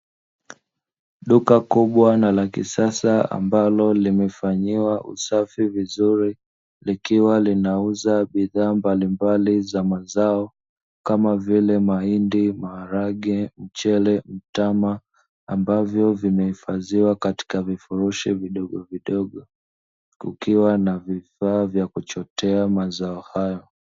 Duka kubwa na la kisasa ambalo limefanyiwa usafi vizuri, likiwa linauza bidhaa mbalimbali za mazao kama vile mahindi, maharage, mchele, mtama. Ambavyo vimehifadhiwa katika vifurushi vidogo vidogo kukiwa na vifaa vya kuchotea mazao hayo.